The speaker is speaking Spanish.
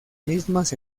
mismas